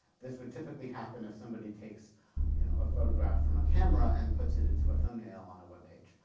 this would typically happen if somebody takes you know a photograph from a camera and puts it into a thumbnail on a webpage.